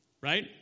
right